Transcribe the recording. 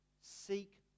seek